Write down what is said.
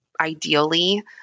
ideally